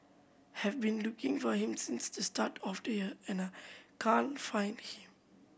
have been looking for him since the start of the year and I can't find him